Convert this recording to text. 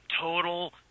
total